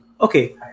Okay